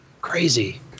Crazy